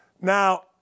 Now